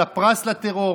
על הפרס לטרור.